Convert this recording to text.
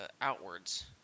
outwards